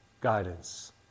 guidance